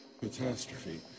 catastrophe